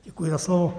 Děkuji za slovo.